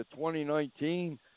2019